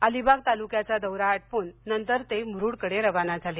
अलिबाग तालुक्याचा दौरा आटोपून नंतर ते मुरूडकडे रवाना झाले